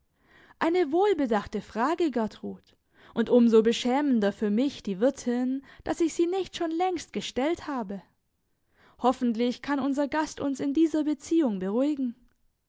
eine wohlbedachte frage gertrud und um so beschämender für mich die wirtin daß ich sie nicht schon längst gestellt habe hoffentlich kann unser gast uns in dieser beziehung beruhigen